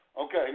Okay